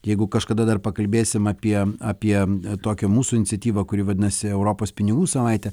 jeigu kažkada dar pakalbėsim apie apie tokią mūsų iniciatyvą kuri vadinasi europos pinigų savaitė